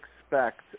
expect